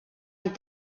amb